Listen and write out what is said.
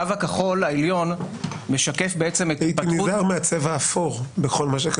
הקו הכחול העליון משקף את המצב של